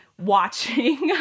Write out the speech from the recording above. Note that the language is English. watching